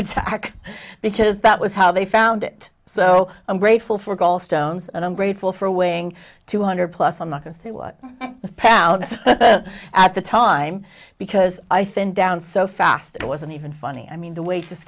attack because that was how they found it so i'm grateful for gall stones and i'm grateful for weighing two hundred plus i'm not going to say what pounds at the time because i thin down so fast it wasn't even funny i mean the w